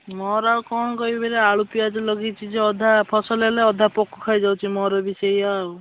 ମୋର ଆଉ କ'ଣ କହିବିରେ ଆଳୁ ପିଆଜ ଲଗାଇଛି ଯେ ଅଧା ଫସଲ ହେଲେ ଅଧା ପୋକ ଖାଇଯାଉଛି ମୋର ବି ସେଇଆ ଆଉ